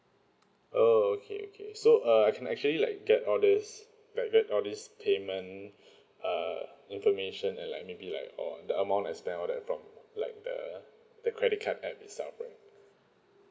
oh okay okay so uh I can actually like get all this like get all this payment uh information and like maybe like on the amount I spent all that from like the the credit card app itself right